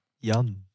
yum